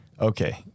okay